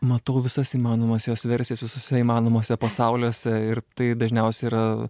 matau visas įmanomas jos versijas visuose įmanomuose pasauliuose ir tai dažniausiai yra